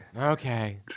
Okay